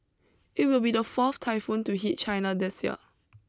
it will be the fourth typhoon to hit China this year